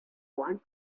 want